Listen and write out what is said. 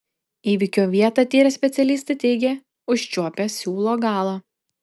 įvykio vietą tyrę specialistai teigia užčiuopę siūlo galą